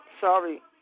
Sorry